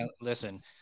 listen